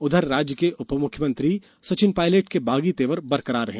उधर राज्य के उप मुख्यमंत्री सचिन पायलट के बागी तेवर बरकरार हैं